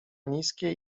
niskiej